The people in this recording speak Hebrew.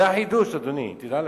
זה החידוש, אדוני, תדע לך.